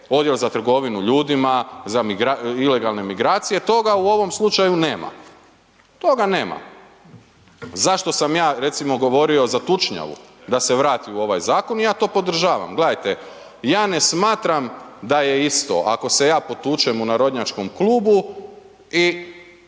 odjek za trgovinu ljudima, za ilegalne migracije, toga u ovom slučaju nema, toga nema. Zašto sam ja recimo govorio za tučnjavu da se vrati u ovaj zakon i ja to podržavam. Gledajte, ja ne smatram da je isto ako se ja potučem u narodnjačkom klubu i